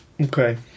Okay